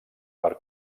per